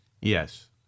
Yes